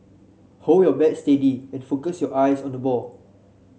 hold your bat steady and focus your eyes on the ball